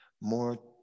more